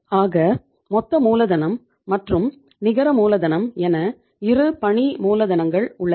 ஆக மொத்த மூலதனம் மற்றும் நிகர மூலதனம் என இரு பணி மூலதனங்கள் உள்ளன